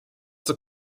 zur